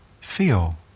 feel